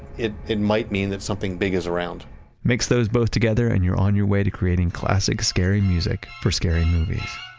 it it might mean that something big is around mix those both together and you're on your way to creating classic scary music for scary movies.